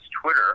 Twitter